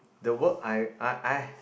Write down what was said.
the work I I I